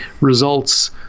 results